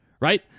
right